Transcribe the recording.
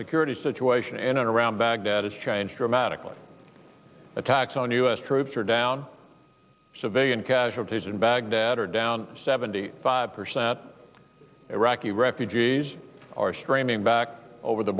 security situation in and around baghdad has changed dramatically attacks on u s troops are down civilian casualties in baghdad are down seventy five percent iraqi refugees are streaming back over the